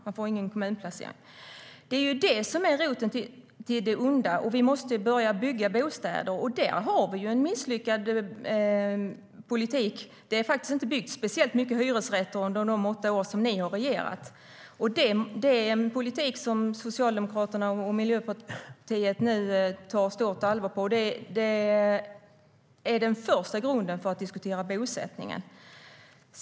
De får ingen kommunplacering. Det är roten till det onda. Vi måste börja bygga bostäder. Där har vi en misslyckad politik. Det har faktiskt inte byggts särskilt mycket hyresrätter under de åtta år som ni har regerat. Detta är något som Socialdemokraterna och Miljöpartiet tar på stort allvar, och det är den första grunden för att diskutera bosättning.